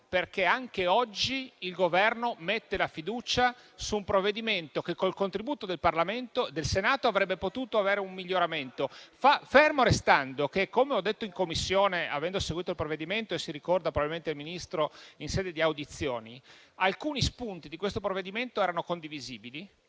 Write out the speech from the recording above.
perché anche oggi il Governo ponga la fiducia su un provvedimento che, con il contributo del Senato, avrebbe potuto avere un miglioramento. Fermo restando che, come ho detto in Commissione, avendo seguito il provvedimento - lo ricorda probabilmente il Ministro - alcuni spunti di questo provvedimento erano condivisibili